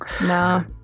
No